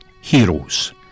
heroes